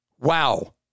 wow